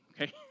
okay